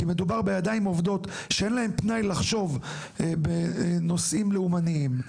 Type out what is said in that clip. כי מדובר בידיים עובדות שאין להן פנאי לחשוב בנושאים לאומניים.